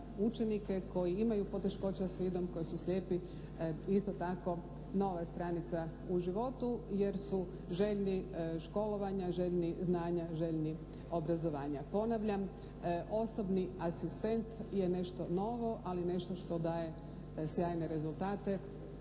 učenike koji imaju poteškoća s vidom, koji su slijepi, isto tako nova stranica u životu jer su željni školovanja, željni znanja, željni obrazovanja. Ponavljam, osobni asistent je nešto novo, ali nešto što daje sjajne rezultate